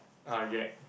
I'll gag